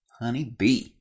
Honeybee